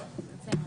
זה?